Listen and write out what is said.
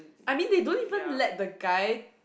I mean they don't even let the guy